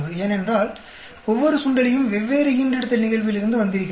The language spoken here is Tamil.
ஏனென்றால் ஒவ்வொரு சுண்டெலியும் வெவ்வேறு ஈன்றெடுத்தல் நிகழ்விலிருந்து வந்திருக்கலாம்